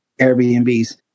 Airbnbs